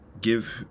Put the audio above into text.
give